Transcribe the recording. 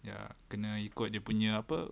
ya kena ikut dia punya apa